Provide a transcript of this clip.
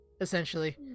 essentially